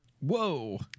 whoa